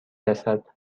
رسد